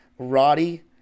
Roddy